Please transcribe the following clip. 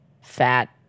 fat